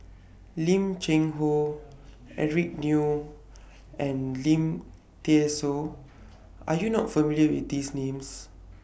Lim Cheng Hoe Eric Neo and Lim Thean Soo Are YOU not familiar with These Names